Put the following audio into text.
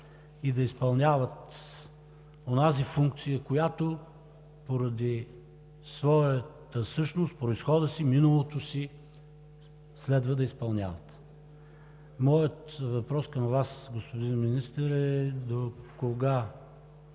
и да изпълняват онази функция, която поради своята същност, произхода си, миналото си, следва да изпълняват. Моят въпрос към Вас, господин Министър, е: докога